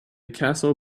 castle